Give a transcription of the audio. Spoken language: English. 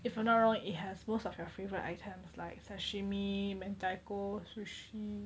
if I'm not wrong it has most of your favourite items like sashimi and mentaiko sushi